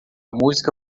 música